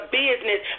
business